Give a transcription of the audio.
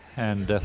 and